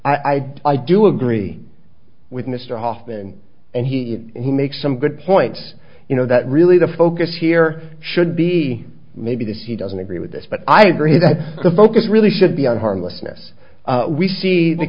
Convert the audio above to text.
i i do agree with mr hoffman and he he makes some good points you know that really the focus here should be maybe this he doesn't agree with this but i agree that the focus really should be on harmlessness we see the